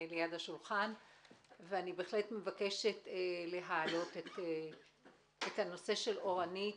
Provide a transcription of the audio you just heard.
אני מבקשת להעלות את הנושא של אורנית,